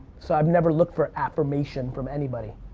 so i've never looked for affirmation from anybody.